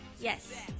Yes